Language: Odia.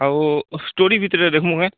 ଆଉ ଷ୍ଟୋରି ଭିତରେ ଦେଖମୁ କା